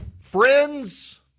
friends